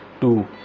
two